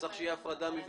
שתהיה הפרדה מבנית.